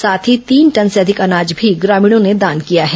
साथ ही तीन टन से अधिक अनाज भी ग्रामीणों ने दान किया है